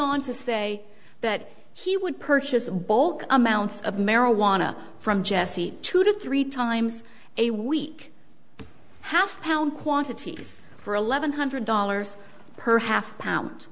on to say that he would purchase a bulk amounts of marijuana from jesse two to three times a week how quantities for eleven hundred dollars per half pound